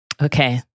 Okay